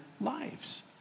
lives